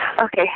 Okay